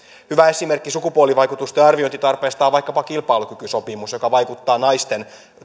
esimerkki sukupuolivaikutusten arviointitarpeesta on vaikkapa kilpailukykysopimus joka vaikuttaa naisten